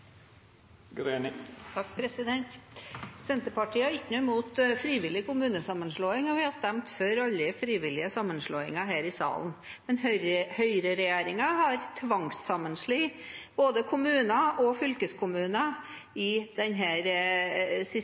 Senterpartiet har ingenting imot frivillig kommunesammenslåing, og vi har stemt for alle frivillige sammenslåinger her i salen. Men høyreregjeringen har tvangssammenslått både kommuner og fylkeskommuner i